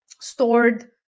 stored